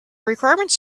requirements